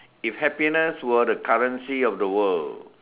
if happiness were the currency of the world